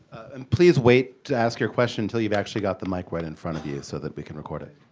and please wait to ask your question until you've actually got the mic right in front of you, so that we can record it.